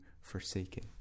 forsaken